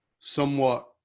somewhat